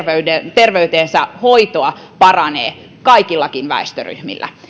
terveydenhoitoa paranee kaikilla väestöryhmillä